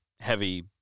heavy